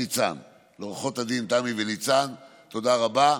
לעורכות הדין תמי וניצן, תודה רבה,